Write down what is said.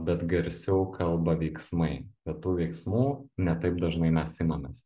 bet garsiau kalba veiksmai bet tų veiksmų ne taip dažnai mes imamės